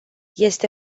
este